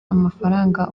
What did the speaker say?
amafaranga